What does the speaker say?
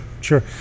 sure